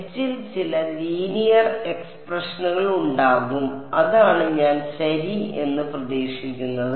H ൽ ചില linear എക്സ്പ്രഷനുകൾ ഉണ്ടാകും അതാണ് ഞാൻ ശരി എന്ന് പ്രതീക്ഷിക്കുന്നത്